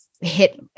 hit